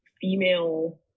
female